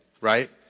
right